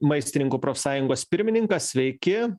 maistininkų profsąjungos pirmininkas sveiki